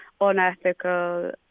unethical